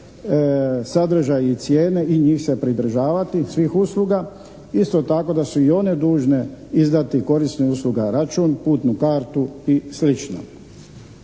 sadržaje i cijene i njih se pridržavati, svih usluga. Isto tako da su i one dužne izdati korisniku usluga račun, putnu kartu i